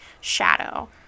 Shadow